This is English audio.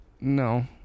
No